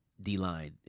D-line